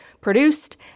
produced